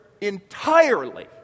entirely